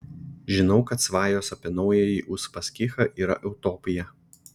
žinau kad svajos apie naująjį uspaskichą yra utopija